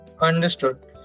Understood